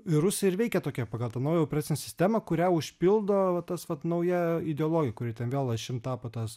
ir rusija ir veikia tokia pagal tą naują operacinę sistemą kurią užpildo va tas vat nauja ideologija kuri ten vėl ašim tapo tas